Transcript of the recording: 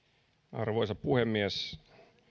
arvoisa puhemies